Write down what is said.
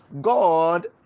God